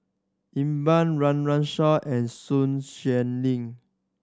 Iqbal Run Run Shaw and Sun Xueling